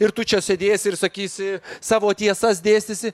ir tu čia sėdėsi ir sakysi savo tiesas dėstysi